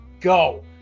go